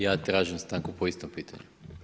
Ja tražim stanku po istom pitanju.